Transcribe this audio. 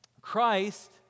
Christ